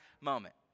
moment